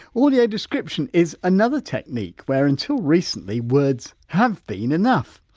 audio description is another technique where until recently words have been enough.